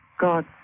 God